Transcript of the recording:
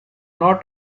not